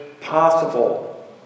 possible